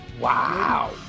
Wow